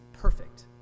perfect